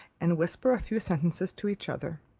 and whisper a few sentences to each other.